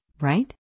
right